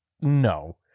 no